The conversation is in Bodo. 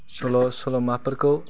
सल' सल'माफोरखौ